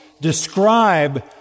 describe